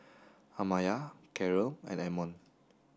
Amaya Caryl and Ammon